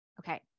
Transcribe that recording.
Okay